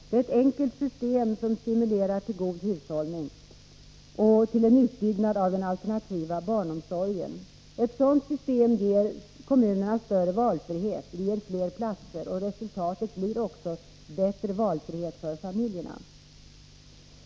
Det är ett enkelt system, som stimulerar till god hushållning och till utbyggnad av den alternativa barnomsorgen. Ett sådant system ger kommunerna större valfrihet, och det ger fler platser. Resultatet blir också bättre valfrihet för familjerna.